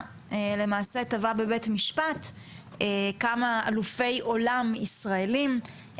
למעשה תבע בבית משפט כמה אלופי עולם ישראלים,